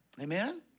Amen